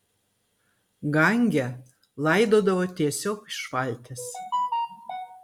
gange laidodavo tiesiog iš valties